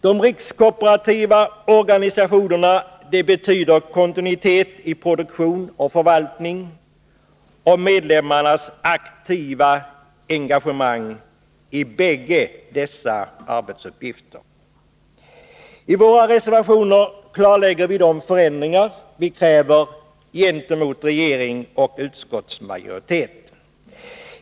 De rikskooperativa organisationerna betyder kontinuitet i produktion och förvaltning och medlemmarnas aktiva engagemang i bägge dessa arbetsuppgifter. I våra reservationer klarlägger vi de förändringar vi kräver gentemot regering och utskottsmajoritet.